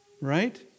Right